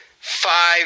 five